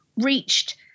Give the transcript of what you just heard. reached